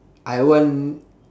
I want